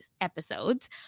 episodes